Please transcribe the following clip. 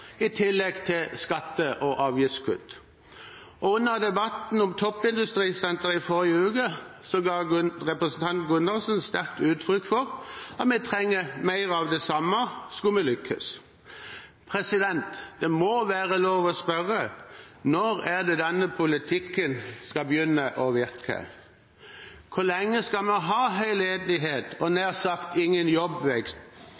i tillegg til skatte- og avgiftskutt. Under debatten om toppindustrisenteret i forrige uke ga representanten Gundersen sterkt uttrykk for at vi trenger mer av det samme for å lykkes. Det må være lov å spørre: Når er det denne politikken skal begynne å virke? Hvor lenge skal vi ha høy ledighet og